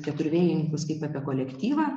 keturvėjininkus kaip apie kolektyvą